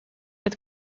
het